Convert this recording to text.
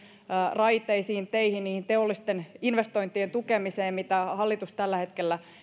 raiteisiin teihin teollisten investointien tukemiseen joita hallitus tällä hetkellä